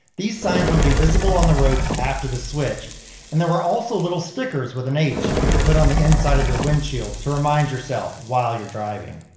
these signs would be visible on the roads after the switch and there were also little stickers with an h you could put on the inside of your windshield to remind yourself while you're driving.